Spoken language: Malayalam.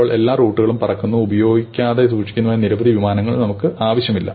ഇപ്പോൾ എല്ലാ റൂട്ടുകളും പറക്കുന്നതും ഉപയോഗിക്കാതെ സൂക്ഷിക്കുന്നതുമായ നിരവധി വിമാനങ്ങൾ നമുക്ക് ആവശ്യമില്ല